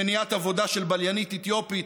במניעת עבודה של בלנית אתיופית,